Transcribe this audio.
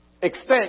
extent